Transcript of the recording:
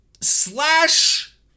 slash